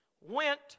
went